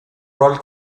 roll